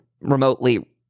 remotely